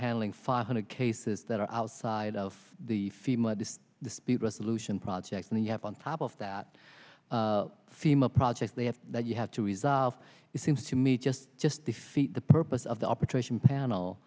handling five hundred cases that are outside of the femur this dispute resolution project and you have on top of that fema projects they have that you have to resolve it seems to me just just defeat the purpose of the operation panel